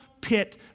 pit